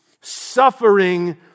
Suffering